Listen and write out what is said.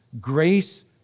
grace